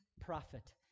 prophet